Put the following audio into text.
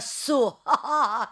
su a